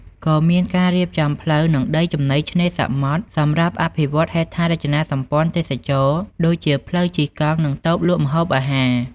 ក៏មានការរៀបចំផ្លូវ និងដីចំណីឆ្នេរសម្រាប់អភិវឌ្ឍហេដ្ឋារចនាសម្ព័ន្ធទេសចរណ៍ ដូចជា ផ្លូវជិះកង់ និងតូបលក់ម្ហូបអាហារ។